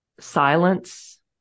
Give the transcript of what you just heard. Silence